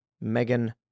Megan